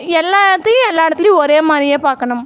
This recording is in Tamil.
எல்லாத்தையும் எல்லா இடத்துலையும் ஒரே மாதிரியே பார்க்கணும்